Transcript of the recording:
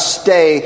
stay